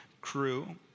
crew